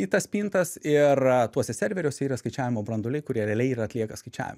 į tas spintas ir tuose serveriuose yra skaičiavimo branduoliai kurie realiai ir atlieka skaičiavimus